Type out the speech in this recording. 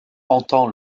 entend